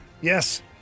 Yes